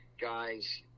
guys